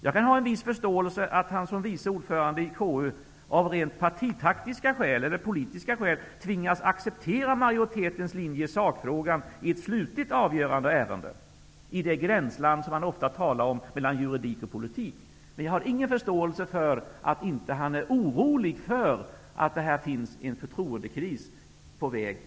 Jag kan ha en viss förståelse för att han som vice ordförande i konstitutionsutskottet av rent partitaktiska eller politiska skäl tvingas acceptera majoritetens linje i sakfrågan i ett slutligt avgörande av ärendet, i det gränsland som man ofta talar om mellan juridik och politik. Men jag har ingen förståelse för att han inte är orolig för att det här finns en förtroendekris i